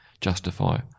justify